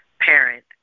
parent